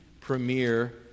premier